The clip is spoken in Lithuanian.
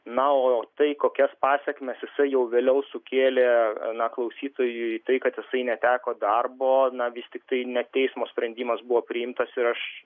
na o tai kokias pasekmes jisai jau vėliau sukėlė na klausytojui tai kad jisai neteko darbo na vis tiktai ne teismo sprendimas buvo priimtas ir aš